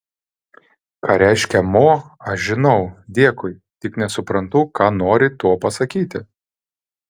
ką reiškia mo aš žinau dėkui tik nesuprantu ką nori tuo pasakyti